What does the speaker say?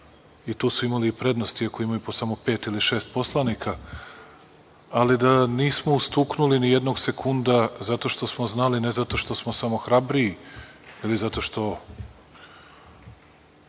i tu su imali prednosti, iako imaju po samo pet ili šest poslanika, ali da nismo ustuknuli nijednog sekunda zato što smo znali, ne zato što smo samo hrabriji ili zato što